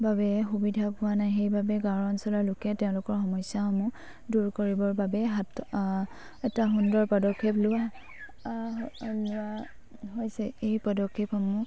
বাবে সুবিধা পোৱা নাই সেইবাবে গাঁৱৰ অঞ্চলৰ লোকে তেওঁলোকৰ সমস্যাসমূহ দূৰ কৰিবৰ বাবে হাত এটা সুন্দৰ পদক্ষেপ লোৱা লোৱা হৈছে এই পদক্ষেপসমূহ